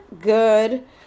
good